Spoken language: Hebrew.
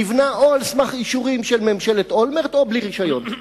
נבנה או על סמך אישורים של ממשלת אולמרט או בלי רשיון.